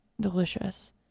delicious